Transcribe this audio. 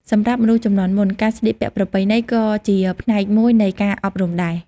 សម្រាប់មនុស្សជំនាន់មុន ការស្លៀកពាក់ប្រពៃណីក៏ជាផ្នែកមួយនៃការអប់រំដែរ។